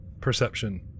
perception